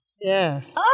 Yes